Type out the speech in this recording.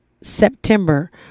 September